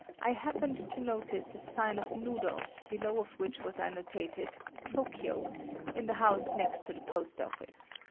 i happened to notice a sign of noodles below of which was annotated tokyo in the house next to the post office.